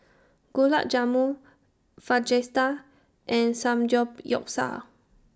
Gulab Jamun Fajitas and Samgeyopsal